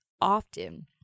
often